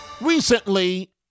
Recently